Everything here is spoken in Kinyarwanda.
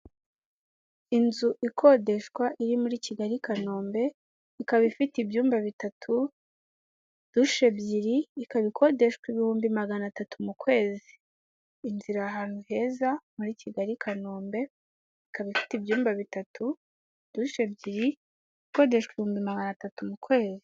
Inzu ikodeshwa iri muri Kigali-Kanombe, ikaba ifite ibyumba bitatu, dushe ebyiri, ikaba ikodeshwa ibihumbi magana atatu mu kwezi. Inzu iri ahantu heza muri Kigali-Kanombe, ikaba ifite ibyumba bitatu, dushe ebyiri, ikodeshwa ibihumbi magana atatu mu kwezi.